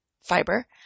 fiber